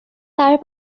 তাৰ